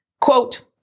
quote